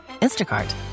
Instacart